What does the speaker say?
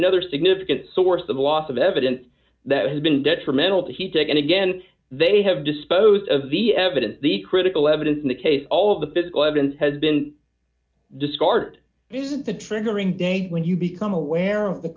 another significant source of the loss of evidence that has been detrimental to he taken again they have disposed of the evidence the critical evidence in the case all the physical evidence has been discard isn't the triggering date when you become aware of the